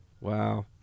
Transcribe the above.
Wow